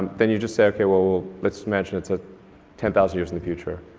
then you just say, okay, well, let's imagine it's ah ten thousand years in the future.